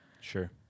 Sure